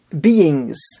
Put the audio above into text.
beings